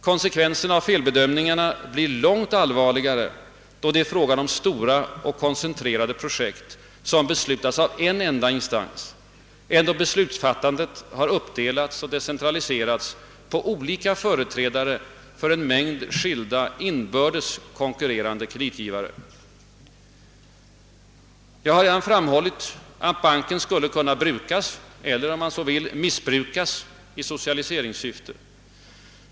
Konsekvenserna av felbedömningarna blir långt allvarligare, då det är fråga om stora och koncentrerade projekt som beslutats av en enda instans än då beslutsfattandet har uppdelats och decentraliserats på olika företrädare för en mängd skilda, inbördes konkurrerande kreditgivare. Jag har redan framhållit att banken skulle kunna brukas — eller, om man så vill, missbrukas — i socialiseringssyfte.